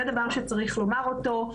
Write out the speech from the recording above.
זה דבר שצריך לומר אותו.